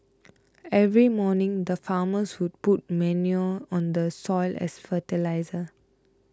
every morning the farmers would put manure on the soil as fertiliser